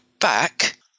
back